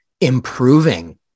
improving